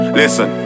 listen